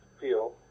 feel